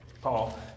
Paul